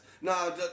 No